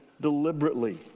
deliberately